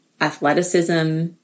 Athleticism